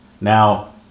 Now